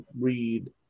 read